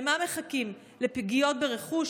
למה מחכים, לפגיעות ברכוש?